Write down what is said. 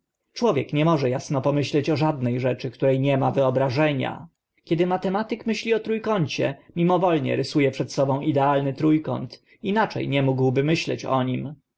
człowiek nie może asno pomyśleć o żadne rzeczy które nie ma wyobrażenia kiedy matematyk myśli o tró kącie mimowolnie rysu e przed sobą idealny tró kąt inacze nie mógłby myśleć o nim